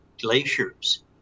glaciers